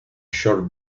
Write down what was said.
short